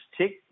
tick